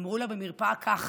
אמרו לה במרפאה כך: